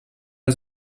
els